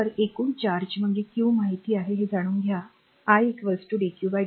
तर एकूण चार्ज म्हणजे Q माहित आहे हे जाणून घ्या i dq dt